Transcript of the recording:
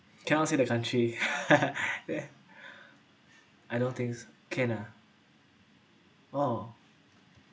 cannot see the country where I don't think can ah oh